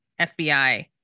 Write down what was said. FBI